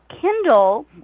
Kindle